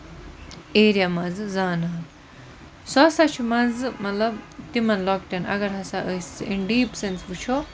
area منٛزٕ زانان سُہ ہسا چھُ منٛزٕ مطلب تِمن لۄکٔٹین اَگر ہسا أسۍ اِن ڈیٖپ سینٔس وٕچھو